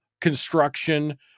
construction